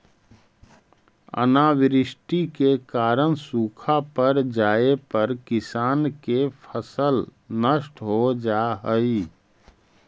अनावृष्टि के कारण सूखा पड़ जाए पर किसान के फसल नष्ट हो जा हइ